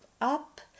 up